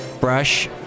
brush